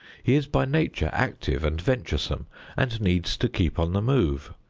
he is by nature active and venturesome and needs to keep on the move.